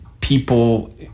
people